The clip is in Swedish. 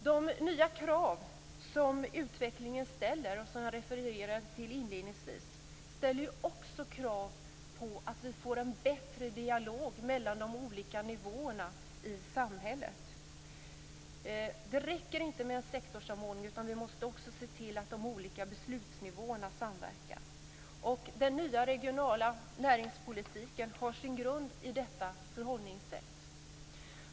De nya krav som utvecklingen ställer, och som jag refererade till inledningsvis, ställer också krav på att vi får en bättre dialog mellan de olika nivåerna i samhället. Det räcker inte med en sektorssamordning, utan vi måste också se till att de olika beslutsnivåerna samverkar. Den nya regionala näringspolitiken har sin grund i detta förhållningssätt.